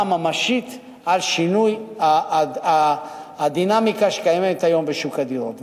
ממשית על הדינמיקה שקיימת היום בשוק הדירות.